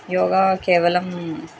యోగా కేవలం